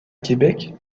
québec